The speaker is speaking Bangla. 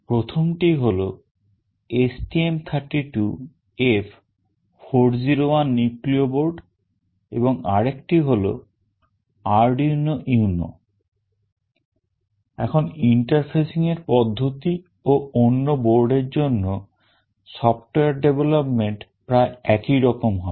প্রথমটি হলো STM32F401 Nucleo board এবং আরেকটি হলো Arduino UNO এখন interfacing এর পদ্ধতি ও অন্য board এর জন্য software development প্রায় একই রকম হবে